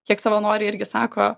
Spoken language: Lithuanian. kiek savanoriai irgi sako